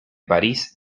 parís